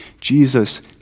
jesus